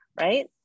right